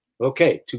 Okay